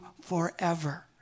Forever